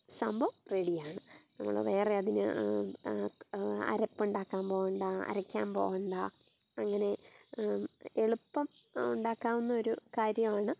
സംഭവം റെഡിയാണ് നമ്മൾ വേറെ അതിന് അരപ്പുണ്ടാക്കാൻ പോകണ്ടാ അരക്കാൻ പോകണ്ടാ അങ്ങനെ എളുപ്പം ഉണ്ടാക്കാവുന്നൊരു കാര്യമാണ്